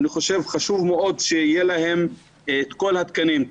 חשוב מאוד שיהיו להם את כל התקנים.